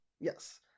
yes